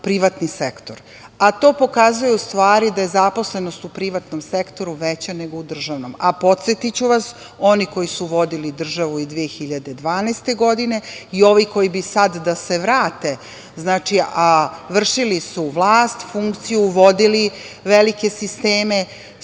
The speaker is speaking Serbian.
privatni sektor. To pokazuje da je zaposlenost u privatnom sektoru veća nego u državnom. Podsetiću vas, oni koji su vodili državu i 2012. godine i ovi koji bi sada da se vrate, a vršili su vlast, funkciju, vodili velike sisteme,